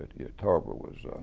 yeah, tarver was